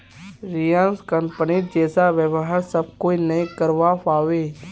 Reliance कंपनीर जैसा व्यापार सब कोई नइ करवा पाबे